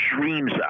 dreams